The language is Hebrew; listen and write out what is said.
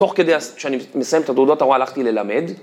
תוך כדי שאני מסיים את התעודת הוראה, הלכתי ללמד.